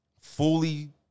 fully